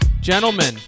Gentlemen